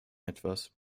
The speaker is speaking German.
etwas